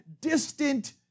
distant